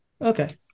Okay